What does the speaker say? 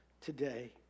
today